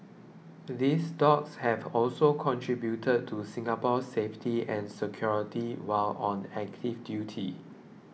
these dogs have also contributed to Singapore's safety and security while on active duty